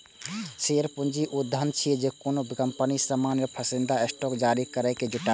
share पूंजी ऊ धन छियै, जे कोनो कंपनी सामान्य या पसंदीदा स्टॉक जारी करैके जुटबै छै